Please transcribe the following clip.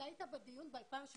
אתה היית בדיון ב-2018,